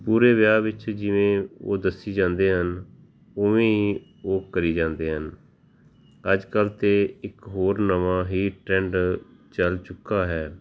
ਪੂਰੇ ਵਿਆਹ ਵਿੱਚ ਜਿਵੇਂ ਉਹ ਦੱਸੀ ਜਾਂਦੇ ਹਨ ਉਵੇਂ ਹੀ ਉਹ ਕਰੀ ਜਾਂਦੇ ਹਨ ਅੱਜ ਕੱਲ ਤਾਂ ਇੱਕ ਹੋਰ ਨਵਾਂ ਹੀ ਟਰੈਂਡ ਚੱਲ ਚੁੱਕਾ ਹੈ